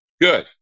Good